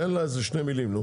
תן לה איזה שתי מילים.